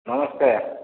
ନମସ୍କାର